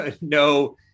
no